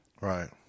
Right